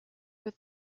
with